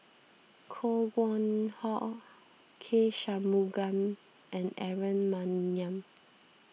Koh Nguang How K Shanmugam and Aaron Maniam